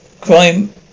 crime